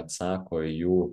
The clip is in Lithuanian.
atsako į jų